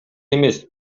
эмес